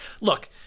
look